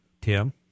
Tim